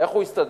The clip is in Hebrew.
איך הוא יסתדר?